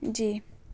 جی